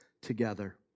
together